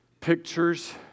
pictures